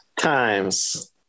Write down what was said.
times